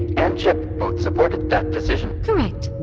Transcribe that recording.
and chip both supported that decision correct.